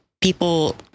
people